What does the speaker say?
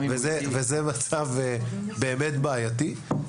זה מצב באמת בעייתי.